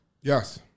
Yes